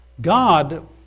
God